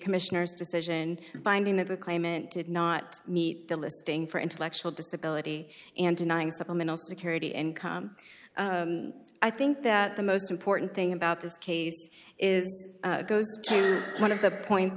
commissioner's decision finding that the claimant did not meet the listing for intellectual disability and denying supplemental security income i think that the most important thing about this case is goes to one of the point